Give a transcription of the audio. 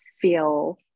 feel